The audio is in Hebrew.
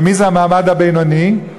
ומי זה המעמד הבינוני?